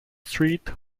street